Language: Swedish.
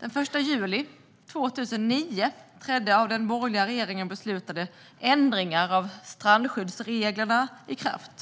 Den 1 juli 2009 trädde av den borgerliga regeringen beslutade ändringar av strandskyddsreglerna i kraft.